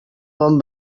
bon